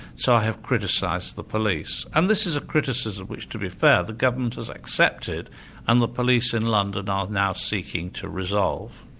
so i have criticised the police. and this is a criticism which, to be fair, the government has accepted and the police in london are now seeking to resolve.